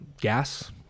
gas